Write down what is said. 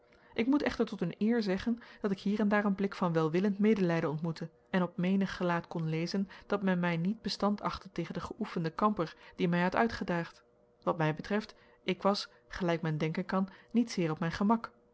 ik moet echter tot hun eer zeggen dat ik hier en daar een blik van welwillend medelijden ontmoette en op menig gelaat kon lezen dat men mij niet bestand achtte tegen den geöefenden kamper die mij had uitgedaagd wat mij betreft ik was gelijk men denken kan niet zeer op mijn gemak